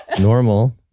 Normal